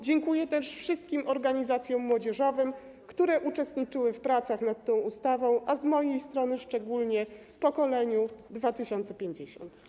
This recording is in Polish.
Dziękuję też wszystkim organizacjom młodzieżowym, które uczestniczyły w pracach nad tą ustawą, a z mojej strony szczególnie Pokoleniu 2050.